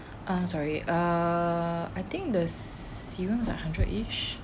err sorry err I think the serums are hundred each